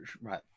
right